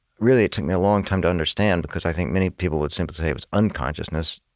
really, it took me a long time to understand, because i think many people would simply say it was unconsciousness.